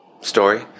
story